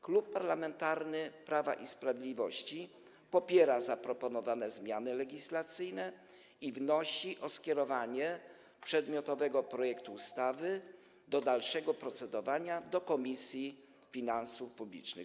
Klub Parlamentarny Prawo i Sprawiedliwość popiera zaproponowane zmiany legislacyjne i wnosi o skierowanie przedmiotowego projektu ustawy do dalszego procedowania do Komisji Finansów Publicznych.